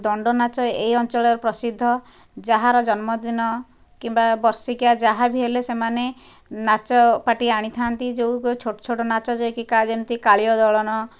ଦଣ୍ଡନାଚ ଏହି ଅଞ୍ଚଳରେ ପ୍ରସିଦ୍ଧ ଯାହାର ଜନ୍ମଦିନ କିମ୍ବା ବର୍ଷିକିଆ ଯାହା ବି ହେଲେ ସେମାନେ ନାଚ ପାର୍ଟି ଆଣିଥାନ୍ତି ଯେଉଁ ଛୋଟ ଛୋଟ ନାଚ ଯାଇକି କା ଯେମିତି କାଳିୟ ଦଳନ